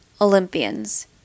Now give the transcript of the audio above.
Olympians